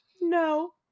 no